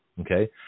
Okay